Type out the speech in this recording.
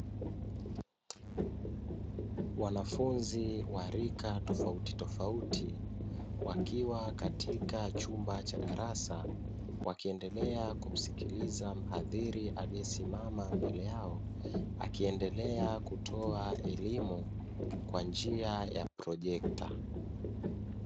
Wanafunzi wa rika tofautitofauti wakiwa katika chumba cha darasa wakiendelea kumsikiliza muhadhiri aliyesimama mbele yao, akiendelea kutoa elimu kwa njia ya projekta.